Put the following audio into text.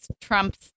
trumps